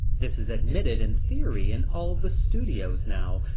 this is admitted in theory in all the studios now,